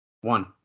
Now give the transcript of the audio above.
One